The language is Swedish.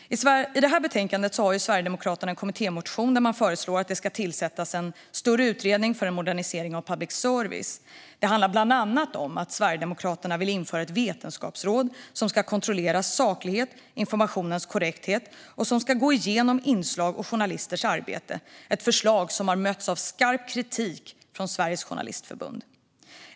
I detta betänkande behandlas en kommittémotion från Sverigedemokraterna, där man föreslår att det ska tillsättas en större utredning om en modernisering av public service. Bland annat vill Sverigedemokraterna införa ett vetenskapsråd som ska kontrollera saklighet och informationens korrekthet och som ska gå igenom inslag och journalisters arbete. Det är ett förslag som har mötts av skarp kritik från Svenska Journalistförbundet.